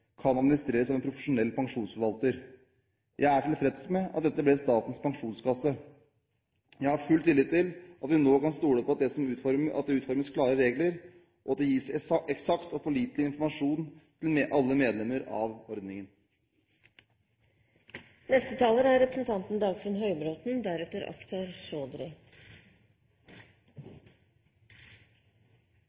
kan administreres av en profesjonell pensjonsforvalter. Jeg er tilfreds med at det ble Statens Pensjonskasse. Jeg har full tillit til at vi nå kan stole på at det utformes klare regler, og at det gis eksakt og pålitelig informasjon til alle medlemmer av